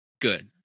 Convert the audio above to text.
good